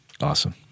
Awesome